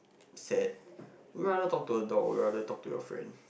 sad would you rather talk to a dog or would you rather talk to your friend